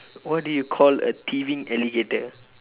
what do you call a thieving alligator